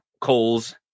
coals